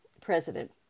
president